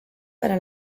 para